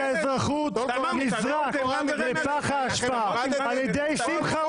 חוק האזרחות נזרק לפח האשפה על ידי שמחה